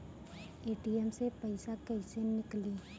ATM से पइसा कइसे निकली?